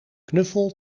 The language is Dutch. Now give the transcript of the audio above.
knuffel